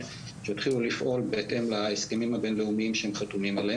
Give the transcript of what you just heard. שיתחילו לפעול בהתאם להסכמים הבין לאומיים שהם חתומים עליהם